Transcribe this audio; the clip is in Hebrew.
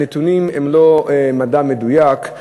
הנתונים הם לא מדע מדויק.